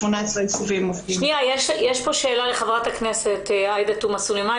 יש פה שאלה לחברת הכנסת עאידה תומא סולימן,